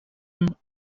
him